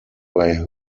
bei